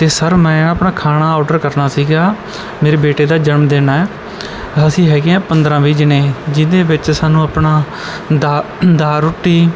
ਅਤੇ ਸਰ ਮੈਂ ਆਪਣਾ ਖਾਣਾ ਆਰਡਰ ਕਰਨਾ ਸੀਗਾ ਮੇਰੇ ਬੇਟੇ ਦਾ ਜਨਮ ਦਿਨ ਹੈ ਅਸੀਂ ਹੈਗੇ ਆ ਪੰਦਰਾਂ ਵੀਹ ਜਣੇ ਜਿਹਦੇ ਵਿੱਚ ਸਾਨੂੰ ਆਪਣਾ ਦਾ ਦਾਲ ਰੋਟੀ